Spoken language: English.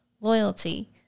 Loyalty